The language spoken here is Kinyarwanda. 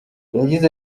yagize